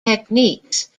techniques